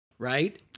Right